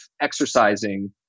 exercising